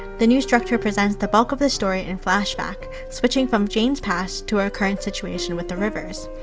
the new structure presents the bulk of the story in flashback, switching from jane's past to her current situation with the rivers.